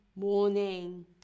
morning